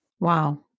Wow